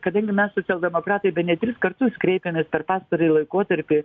kadangi mes socialdemokratai bene tris kartus kreipėmės per pastarąjį laikotarpį